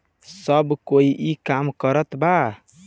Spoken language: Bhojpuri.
सब कोई ई काम करत बा